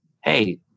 hey